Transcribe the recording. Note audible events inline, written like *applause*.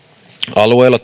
alueilla *unintelligible*